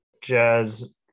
Jazz